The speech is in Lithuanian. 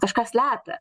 kažką slepia